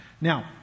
Now